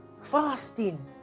fasting